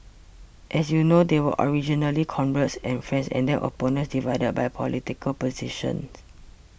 as you know they were originally comrades and friends and then opponents divided by political positions